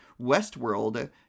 Westworld